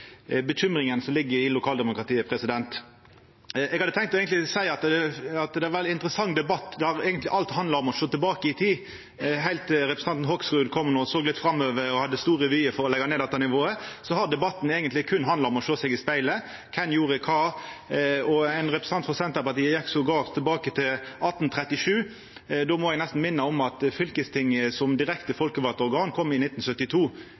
bekymringa som ligg i lokaldemokratiet. Eg hadde eigentleg tenkt å seia at det har vore ein interessant debatt der alt har handla om å sjå tilbake i tid. Heilt til representanten Hoksrud kom no og såg litt framover og hadde store vyar for å leggja ned dette nivået, har debatten eigentleg berre handla om å sjå seg i spegelen, og om kven som gjorde kva. Ein representant frå Senterpartiet gjekk til og med tilbake til 1837. Då må eg nesten minna om at fylkestinget som direkte folkevald organ kom i 1972.